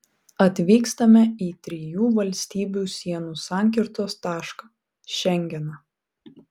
atvykstame į trijų valstybių sienų sankirtos tašką šengeną